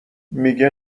میگه